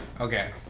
Okay